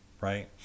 right